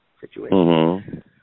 situation